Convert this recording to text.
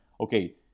okay